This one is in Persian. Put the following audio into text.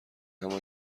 همان